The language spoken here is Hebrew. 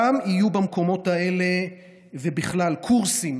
גם יהיו במקומות האלה ובכלל קורסים,